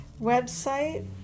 website